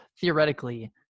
theoretically